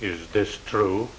is this true